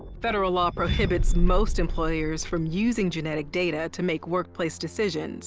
federal law prohibits most employers from using genetic data to make workplace decisions